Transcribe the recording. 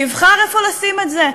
שיבחר איפה לשים את זה.